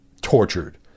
tortured